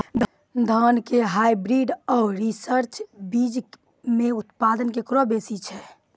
धान के हाईब्रीड और रिसर्च बीज मे उत्पादन केकरो बेसी छै?